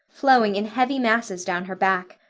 flowing in heavy masses down her back.